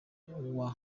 uwa